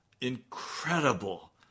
incredible